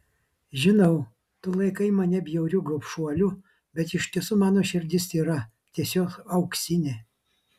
žinau tu laikai mane bjauriu gobšuoliu bet iš tiesų mano širdis tyra tiesiog auksinė